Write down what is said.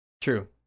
True